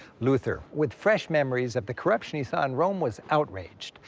luther, with fresh memories of the corruption he saw in rome, was outraged.